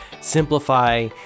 simplify